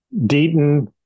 Deaton